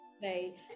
say